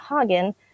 Hagen